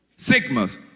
Sigmas